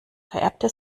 vererbte